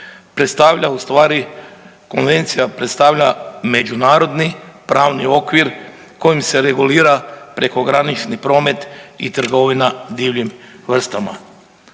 u stvari, konvencija predstavlja međunarodni pravni okvir kojim se regulira prekogranični promet i trgovina divljim vrstama.